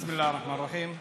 בסם אללה א-רחמאן א-רחים.